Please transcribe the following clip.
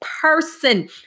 person